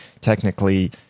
technically